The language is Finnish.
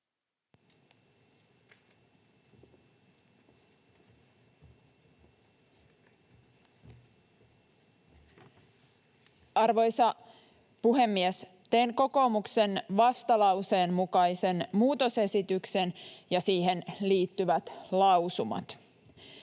Arvoisa puhemies! Teen kokoomuksen vastalauseen mukaisen muutosesityksen ja esitän siihen liittyvät lausumat.